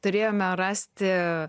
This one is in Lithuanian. turėjome rasti